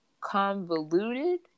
convoluted